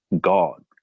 God